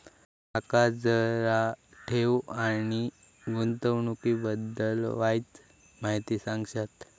माका जरा ठेव आणि गुंतवणूकी बद्दल वायचं माहिती सांगशात?